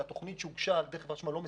שהתוכנית שהוגשה על ידי חברת החשמל לא מספקת.